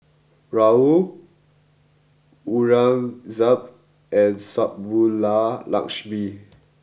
Rahul Aurangzeb and Subbulakshmi